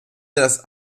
das